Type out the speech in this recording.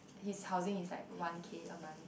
his housing is like one k a month